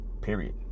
Period